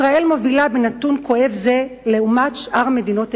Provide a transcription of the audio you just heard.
ישראל מובילה בנתון כואב זה לעומת שאר מדינות אירופה.